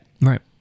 Right